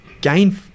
gain